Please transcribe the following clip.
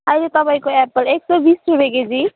अहिले तपाईँको एप्पल एक सौ बिस रुपियाँ केजी